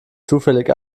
zufällig